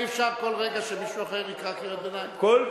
אי-אפשר שכל רגע מישהו אחר יקרא קריאות ביניים.